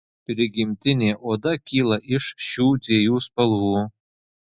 prigimtinė oda kyla iš šiu dviejų spalvų